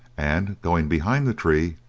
and, going behind the tree,